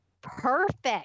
Perfect